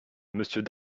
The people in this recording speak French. monsieur